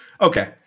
Okay